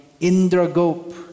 Indra-gop